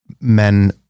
men